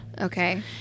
Okay